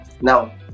Now